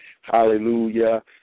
hallelujah